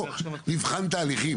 בואו נבחן תהליכים.